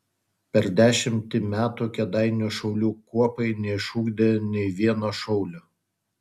per dešimtį metų kėdainių šaulių kuopai neišugdė nei vieno šaulio